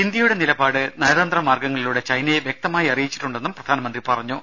ഇന്ത്യയുടെ നിലപാട് നയതന്ത്ര മാർഗ്ഗങ്ങളിലൂടെ ചൈനയെ വ്യക്തമായി അറിയിച്ചിട്ടുണ്ടെന്നും പ്രധാനമന്ത്രി പറഞ്ഞു